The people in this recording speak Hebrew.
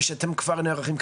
ושאתם כבר נערכים.